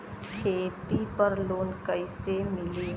खेती पर लोन कईसे मिली?